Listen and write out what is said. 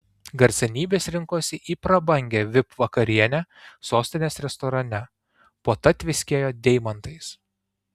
garsenybės rinkosi į prabangią vip vakarienę sostinės restorane puota tviskėjo deimantais